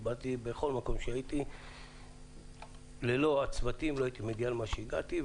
בכל מקום שהייתי ללא הצוותים לא הייתי מגיע למה שהגעתי.